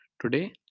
Today